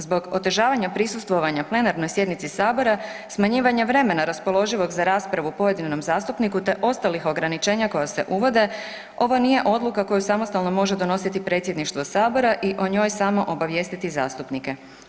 Zbog otežavanja prisustvovanja plenarnoj sjednici sabora smanjivanje vremena raspoloživog za raspravu pojedinom zastupniku, te ostalih ograničenja koja se uvode ovo nije odluka koju samostalno može donositi predsjedništvo sabora i o njoj samo obavijestiti zastupnike.